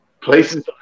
places